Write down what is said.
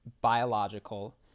biological